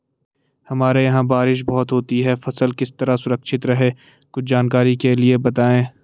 हमारे यहाँ बारिश बहुत होती है फसल किस तरह सुरक्षित रहे कुछ जानकारी के लिए बताएँ?